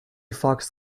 fox